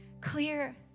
clear